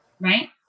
right